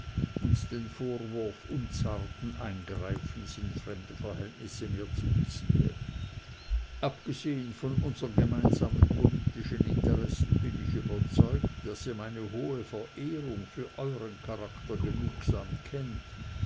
und den vorwurf unzarten eingreifens in fremde verhältnisse mir zuziehe abgesehen von unsern gemeinsamen politischen interessen bin ich überzeugt daß ihr meine hohe verehrung für euren charakter genugsam kennt